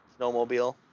Snowmobile